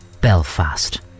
Belfast